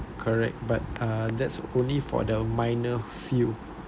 correct but uh that's only for the minor few